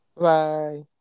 Bye